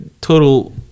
total